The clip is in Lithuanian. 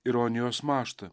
ironijos mąžta